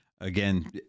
again